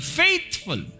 faithful